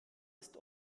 ist